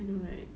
I know right